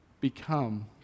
become